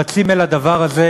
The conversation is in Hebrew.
רצים אל הדבר הזה